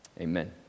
amen